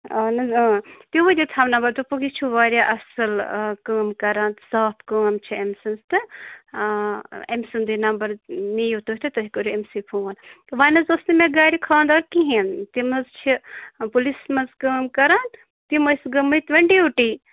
اہن حظ تِموٕے دیُت ہم نَمبر دوٚپُکھ یہِ چھُ واریاہ اَصٕل کٲم کَران صاف کٲم چھے أمۍ سٕنٛز تہٕ أمۍ سُنٛدٕے نمبر نِیِو تُہۍ تہٕ تُہۍ کٔرِو أمۍسٕے فون تہٕ وۄنۍ حظ اوس نہٕ مےٚ گَرِ خانٛدار کِہیٖنۍ تِم حظ چھِ پُلِیٖسَس منٛز کٲم کَران تِم ٲسۍ گٔمٕتۍ وۄنۍ ڈیوٗٹی